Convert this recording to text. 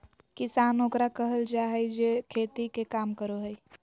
किसान ओकरा कहल जाय हइ जे खेती के काम करो हइ